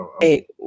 Hey